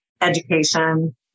education